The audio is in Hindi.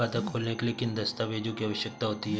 खाता खोलने के लिए किन दस्तावेजों की आवश्यकता होती है?